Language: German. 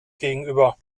gegenüber